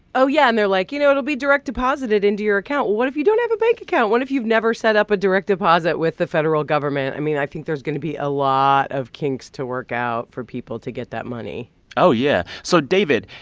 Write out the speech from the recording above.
oh, yeah. and they're like, you know, it'll be direct deposited into your account. well, what if you don't have a bank account? what if you've never set up a direct deposit with the federal government? i mean, i think there's going to be a lot of kinks to work out for people to get that money oh, yeah. so, david,